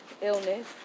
illness